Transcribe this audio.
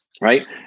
right